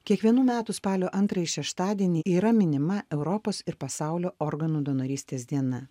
kiekvienų metų spalio antrąjį šeštadienį yra minima europos ir pasaulio organų donorystės diena